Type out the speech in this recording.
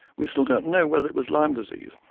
we still don't know whether it was lyme disease,